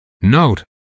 Note